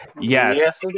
Yes